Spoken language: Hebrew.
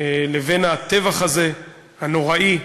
לבין הטבח הזה, הנוראי.